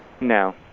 No